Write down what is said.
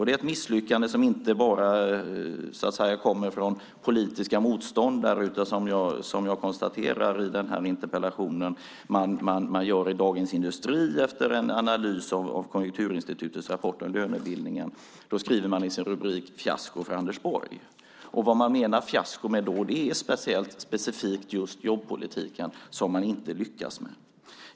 Det säger inte bara politiska motståndare utan det gör man, som jag konstaterar i interpellationen, i Dagens Industri efter en analys av Konjunkturinstitutets rapport om lönebildningen. Man skriver i sin rubrik: "Fiasko för Anders Borg". Vad som menas med fiaskot är specifikt just jobbpolitiken som man inte lyckats med.